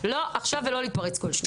ועכשיו לא להתפרץ כל שניה.